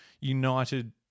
united